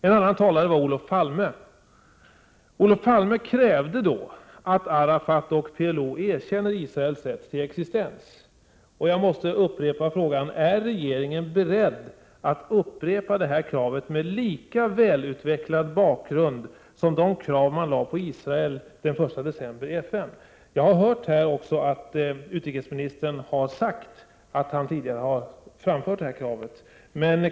En annan talare på mötet var Olof Palme. Olof Palme krävde då att Arafat och PLO skulle erkänna Israels rätt till existens. Jag återkommer till frågan: Är regeringen beredd att upprepa detta krav, med lika välutvecklad bakgrund som de krav som ställdes på Israel den 1 december i FN? Utrikesministern har sagt att han tidigare har framfört ett sådant krav.